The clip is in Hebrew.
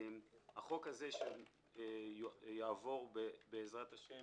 החוק הזה שיעבור בעזרת השם